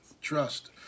Trust